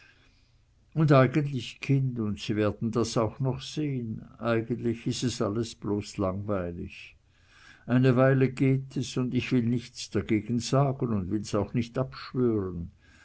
und eigentlich kind und sie werden das auch noch sehn eigentlich is es alles bloß langweilig eine weile geht es und ich will nichts dagegen sagen und will's auch nicht abschwören